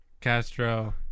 Castro